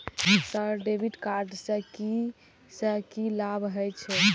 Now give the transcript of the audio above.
Sir debit card से की से की लाभ हे छे?